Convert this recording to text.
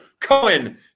Cohen